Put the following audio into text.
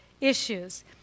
issues